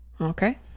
Okay